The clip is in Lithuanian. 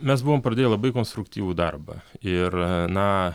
mes buvom pradėję labai konstruktyvų darbą ir na